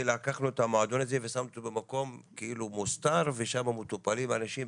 ולקחנו את המועדון הזה ושמנו אותו במקום כאילו מוסתר ושם מטופלים אנשים.